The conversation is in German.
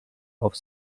auf